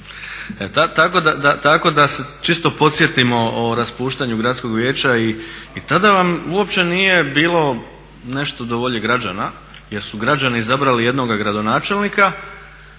tako da čisto podsjetimo o raspuštanju gradskog vijeća. I tada vam uopće nije bilo nešto do volje građana jer su građani izabrali jednog gradonačelnika